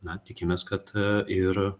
na tikimės kad ir